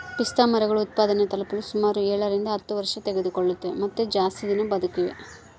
ಪಿಸ್ತಾಮರಗಳು ಉತ್ಪಾದನೆ ತಲುಪಲು ಸುಮಾರು ಏಳರಿಂದ ಹತ್ತು ವರ್ಷತೆಗೆದುಕೊಳ್ತವ ಮತ್ತೆ ಜಾಸ್ತಿ ದಿನ ಬದುಕಿದೆ